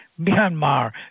Myanmar